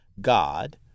God